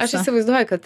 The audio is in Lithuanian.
aš įsivaizduoju kad